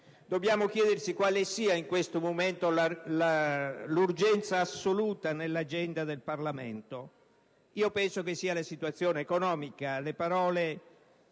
dobbiamo chiederci quale sia in questo momento l'urgenza assoluta nell'agenda del Parlamento. Io penso che sia la situazione economica: le parole